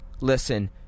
listen